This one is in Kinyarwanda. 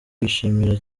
wishimira